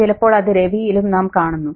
ചിലപ്പോൾ അത് രവിയിലും നാം കാണുന്നു